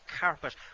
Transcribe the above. carpet